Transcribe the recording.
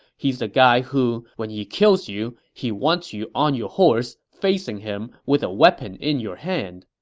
he's the guy who, when he kills you, he wants you on your horse, facing him, with a weapon in your hand.